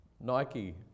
Nike